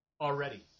Already